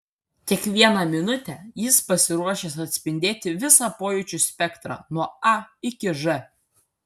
kiekvieną minutę jis pasiruošęs atspindėti visą pojūčių spektrą nuo a iki ž